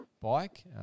bike